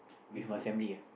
with my family ah